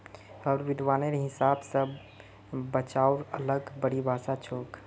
हर विद्वानेर हिसाब स बचाउर अलग परिभाषा छोक